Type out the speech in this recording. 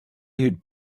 you